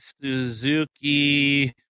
Suzuki